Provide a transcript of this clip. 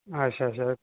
अच्छा अच्छा